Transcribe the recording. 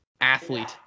athlete